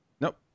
Nope